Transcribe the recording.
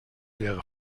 wäre